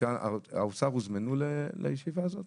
האוצר הוזמנו לישיבה הזאת?